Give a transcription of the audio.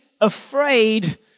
afraid